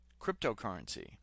cryptocurrency